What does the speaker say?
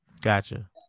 gotcha